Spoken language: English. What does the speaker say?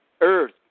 earth